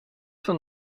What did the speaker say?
van